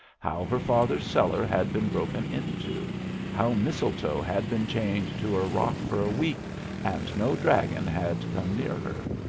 how her father's cellar had been broken into how mistletoe had been chained to a rock for a week and no dragon had come near her.